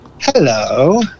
Hello